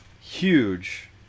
Huge